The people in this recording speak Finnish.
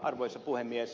arvoisa puhemies